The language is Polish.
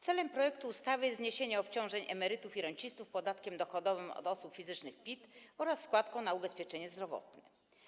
Celem projektu ustawy jest zniesienie obciążeń emerytów i rencistów podatkiem dochodowym od osób fizycznych PIT oraz składką na ubezpieczenie zdrowotne.